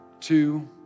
two